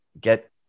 get